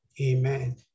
amen